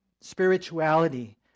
spirituality